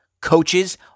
coaches